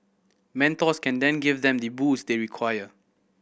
mentors can then give them the boost they require